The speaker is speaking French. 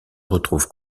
retrouve